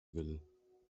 will